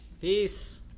Peace